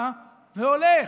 בא והולך.